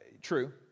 True